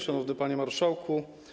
Szanowny Panie Marszałku!